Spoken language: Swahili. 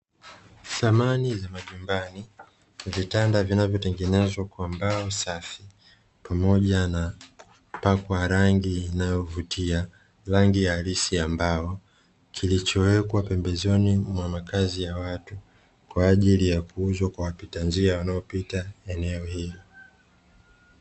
Samani za majumbani vitanda vinavyotengenezwa kwa mbao safi pamoja na kupakwa rangi inayovutia rangi halisi ya mbao, kilichowekwa pembezoni mwa makazi ya watu kwa ajili ya kuuzwa kwa wapita njia wanaopita eneo hili.